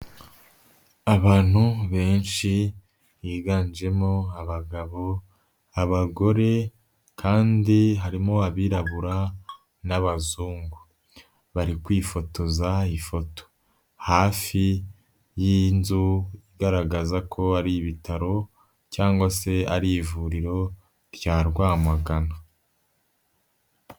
Abantu benshi, biganjemo abagabo, abagore, kandi harimo abirabura n'abazungu. Bari kwifotoza ifoto. hafi y'inzu igaragaza ko ari ibitaro, cyangwa se ari ivuriro, rya Rwamagana.